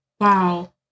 Wow